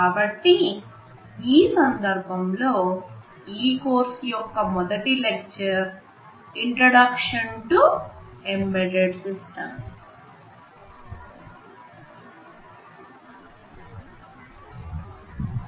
కాబట్టి ఈ సందర్భం గా ఈ కోర్సు యొక్క మొదటి lecture introduction to embedded systems